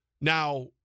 Now